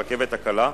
הרכבת הקלה,